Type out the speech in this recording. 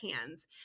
hands